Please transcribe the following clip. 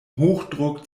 hochdruck